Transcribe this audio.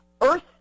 Earth